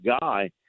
guy